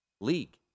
league